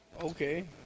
Okay